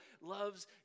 loves